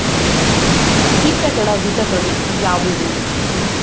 ಕೇಟಗಳ ವಿಧಗಳು ಯಾವುವು?